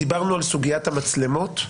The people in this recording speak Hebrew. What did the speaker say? דיברנו על סוגיית המצלמות.